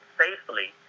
safely